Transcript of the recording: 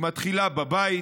היא מתחילה בבית,